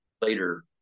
later